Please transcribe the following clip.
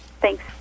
Thanks